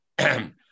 Okay